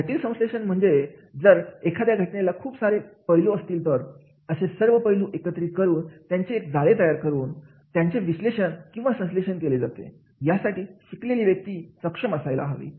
जटील संश्लेषण म्हणजे जर एखाद्या घटनेला खूप सारे पैलू असतील तर असे सर्व पैलू एकत्रित करून त्याचे एक जाळे तयार करून त्याचे विश्लेषण किंवा संश्लेषण केले जाते यासाठी शिकलेली व्यक्ती सक्षम असायला हवी